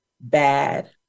bad